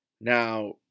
Now